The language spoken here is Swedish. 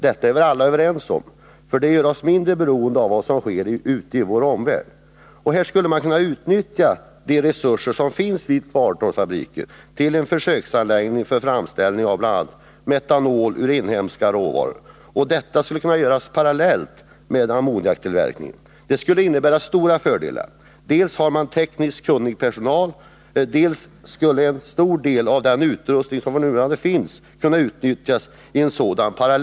Detta är väl alla överens om, för det gör oss mindre beroende av vad som sker ute i vår omvärld. I det här aktuella fallet skulle man kunna utnyttja de resurser som finns i fabriken i Kvarntorp för att driva en försöksanläggning för framställning av bl.a. metanol ur inhemska råvaror. Detta skulle kunna göras parallellt med ammoniaktillverkningen. Det skulle innebära stora fördelar: dels finns där tekniskt kunnig personal, dels skulle en stor del av den utrustning som i dag finns kunna utnyttjas.